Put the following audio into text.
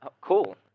Cool